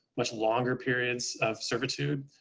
much longer periods of servitude.